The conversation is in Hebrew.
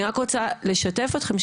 אני רק רוצה לשתף אתכם,